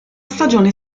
stagione